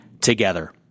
together